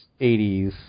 80s